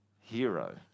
hero